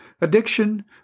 Addiction